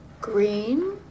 Green